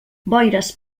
boires